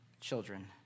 children